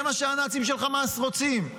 זה מה שהנאצים של חמאס רוצים.